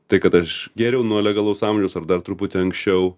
tai kad aš gėriau nuo legalaus amžiaus ar dar truputį anksčiau